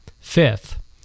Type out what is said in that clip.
Fifth